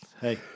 hey